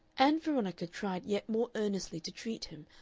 ann veronica tried yet more earnestly to treat him,